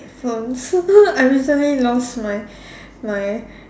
phones I recently lost my my